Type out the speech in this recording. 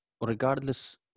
regardless